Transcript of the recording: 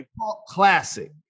Classic